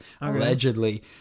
allegedly